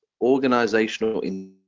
organizational